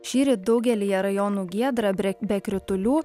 šįryt daugelyje rajonų giedra bre be kritulių